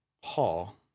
hall